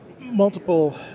multiple